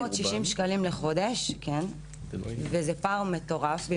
760 שקל בחודש, וזה פער מטורף.